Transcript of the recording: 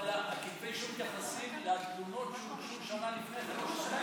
אבל כתבי האישום מתייחסים לתלונות שהוגשו שנה לפני כן,